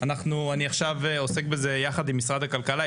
אני עכשיו עוסק בזה יחד עם משרד הכלכלה,